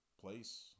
place